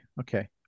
Okay